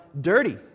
dirty